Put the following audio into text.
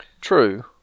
True